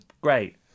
great